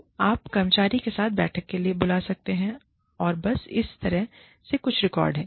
तो आप कर्मचारी के साथ बैठक के लिए बुला सकते हैं और बस इस तरह से कुछ रिकॉर्ड है